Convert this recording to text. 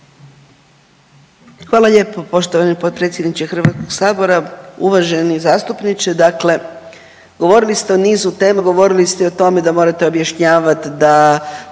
Hvala lijepo poštovani potpredsjedniče Hrvatskog sabora, uvaženi zastupniče. Dakle, govorili ste o nizu tema, govorili ste i o tome da morate objašnjavati da